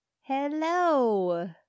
hello